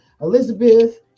Elizabeth